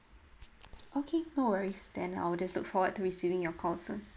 okay no worries then I'll just look forward to receiving your call soon